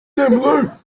similar